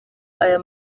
aya